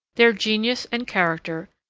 their genius and character,